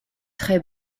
très